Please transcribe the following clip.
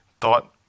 thought